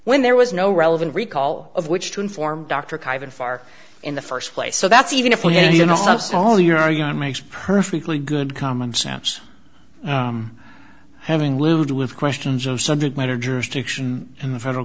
when there was no relevant recall of which to inform dr kevin far in the first place so that's even if you know all your young makes perfectly good common sense having lived with questions of subject matter jurisdiction in the federal